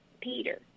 Peter